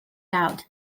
out